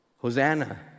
Hosanna